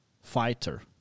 fighter